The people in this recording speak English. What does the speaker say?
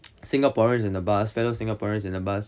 singaporeans in the bus fellow singaporeans in the bus